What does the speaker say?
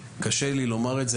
קשה לי לומר את זה,